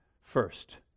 first